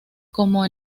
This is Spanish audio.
como